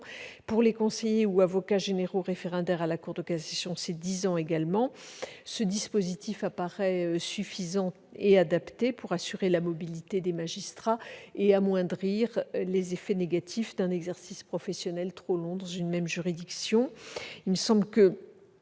pour les conseillers ou avocats généraux référendaires à la Cour de cassation, et de sept ans pour les chefs de cour et de juridiction. Ce dispositif apparaît suffisant et adapté pour assurer la mobilité des magistrats et amoindrir les effets négatifs d'un exercice professionnel trop long dans une même juridiction.